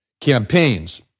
campaigns